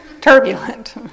turbulent